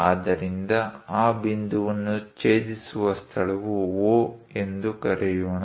ಆದ್ದರಿಂದ ಆ ಬಿಂದುವನ್ನು ಛೇದಿಸುವ ಸ್ಥಳವು O ಎಂದು ಕರೆಯೋಣ